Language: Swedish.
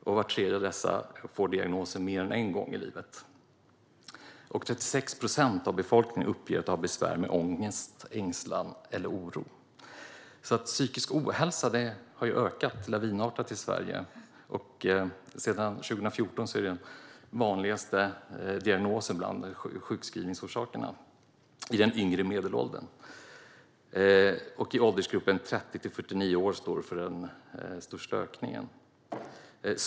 Av dessa får var tredje diagnosen mer än en gång i livet. 36 procent av befolkningen uppger att de har besvär med ångest, ängslan eller oro. Psykisk ohälsa har alltså ökat lavinartat i Sverige. Sedan 2014 är det den vanligaste diagnosen bland sjukskrivningsorsakerna för dem i yngre medelåldern. I åldersgruppen 30-49 år står den för den största ökningen.